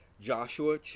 Joshua